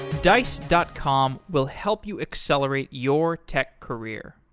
dice dot com will help you accelerate your tech career.